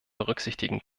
berücksichtigen